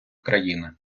країни